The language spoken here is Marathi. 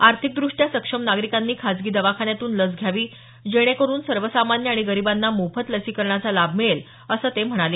आर्थिकदृष्ट्या सक्षम नागरिकांनी खाजगी दवाखान्यातून लस घ्यावी जेणेकरुन सर्वसामान्य आणि गरिबांना मोफत लसीकरणाचा लाभ मिळेल असं ते म्हणाले